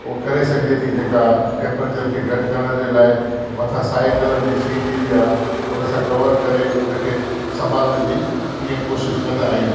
उहो करे सघे थी जेका टेंप्रेचर खे घटि करण जे लाइ मथां साओ कलर जी शीट ईंदी आहे उन सां कवर करे उन खे संभालण जी ईअं कोशिशि कंदा आहियूं